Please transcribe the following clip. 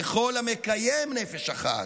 וכל המקיים נפש אחת,